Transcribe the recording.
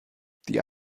die